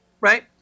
Right